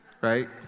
right